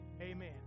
amen